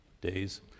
days